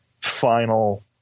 final